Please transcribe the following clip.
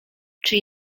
czy